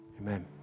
Amen